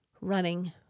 running